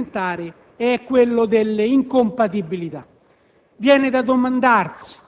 a quello delle indennità parlamentari: il problema delle incompatibilità. Viene da domandarsi